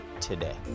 today